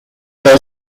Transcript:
todo